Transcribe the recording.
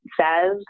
says